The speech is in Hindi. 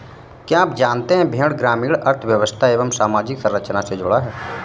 क्या आप जानते है भेड़ ग्रामीण अर्थव्यस्था एवं सामाजिक संरचना से जुड़ा है?